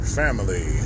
family